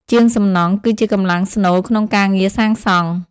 ជាងសំណង់គឺជាកម្លាំងស្នូលក្នុងការងារសាងសង់។